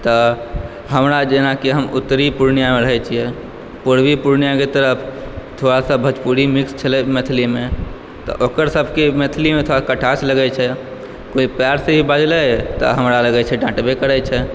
तऽ हमरा जेनाकि हम उत्तरी पूर्णियामे रहैत छियै पूर्वी पूर्णियाके तरफ थोड़ासा भोजपुरी मिक्स छलै मैथिलीमे तऽ ओकरसभके मैथिलीमे थोड़ा कटास लगैत छै कोइ प्यारसँ भी बजलै तऽ हमरा लगैत छै डाँटबे करैत छै